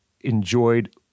enjoyed